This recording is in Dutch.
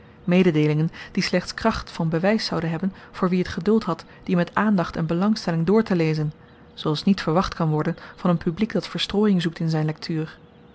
mededeelingen die slechts kracht van bewys zouden hebben voor wien het geduld had die met aandacht en belangstelling doortelezen zooals niet verwacht kan worden van een publiek dat verstroojing zoekt in zyn lektuur